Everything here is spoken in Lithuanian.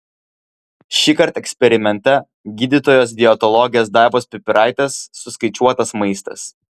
šįkart eksperimente gydytojos dietologės daivos pipiraitės suskaičiuotas maistas